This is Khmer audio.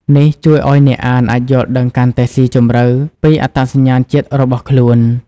នេះជួយឲ្យអ្នកអានអាចយល់ដឹងកាន់តែស៊ីជម្រៅពីអត្តសញ្ញាណជាតិរបស់ខ្លួន។